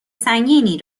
سنگینی